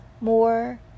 more